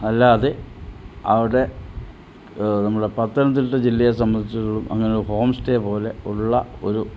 അല്ലാതെ അവിടെ നമ്മുടെ പത്തനംതിട്ട ജില്ലയെ സംബന്ധിച്ചിടത്തോളം അങ്ങനെ ഒരു ഹോം സ്റ്റേ പോലെ ഉള്ള ഒരു